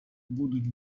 будуть